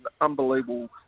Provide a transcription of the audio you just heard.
unbelievable